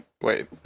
Wait